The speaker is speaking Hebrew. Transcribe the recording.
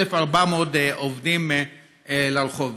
1,400 עובדים לרחוב.